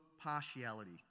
partiality